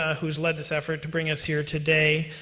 who has led this effort to bring us here today.